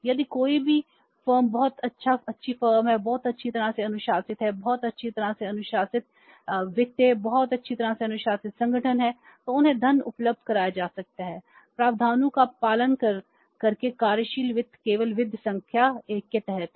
यदि कोई भी फर्म बहुत अच्छी फर्म है बहुत अच्छी तरह से अनुशासित है बहुत अच्छी तरह से अनुशासित वित्तीय बहुत अच्छी तरह से अनुशासित संगठन है तो उन्हें धन उपलब्ध कराया जा सकता है प्रावधानों का पालन करके कार्यशील वित्त केवल विधि संख्या 1 के तहत है